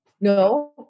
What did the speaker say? No